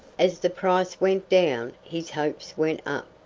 as the price went down his hopes went up.